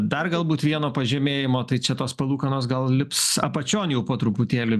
dar galbūt vieno pažemėjimo tai čia tos palūkanos gal lips apačion jau po truputėlį